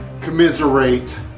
commiserate